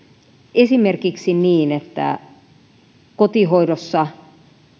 esimerkiksi niin että kotihoidossa